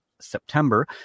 September